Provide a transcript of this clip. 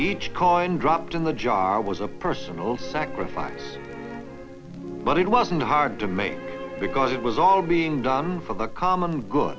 each calling dropped in the jar was a personal sacrifice but it wasn't hard to make because it was all being done for the common good